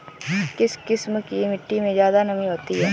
किस किस्म की मिटटी में ज़्यादा नमी होती है?